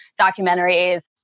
documentaries